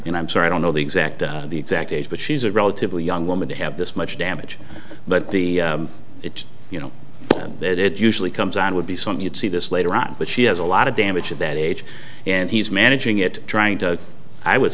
and i'm sorry i don't know the exact the exact age but she's a relatively young woman to have this much damage but it's you know that it usually comes on would be something you'd see this later on but she has a lot of damage at that age and he's managing it trying to i would